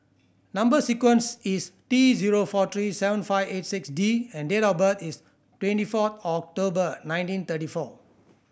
number sequence is T zero four three seven five eight six D and date of birth is twenty four October nineteen thirty four